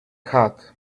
hat